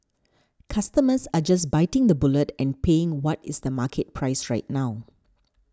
customers are just biting the bullet and paying what is the market price right now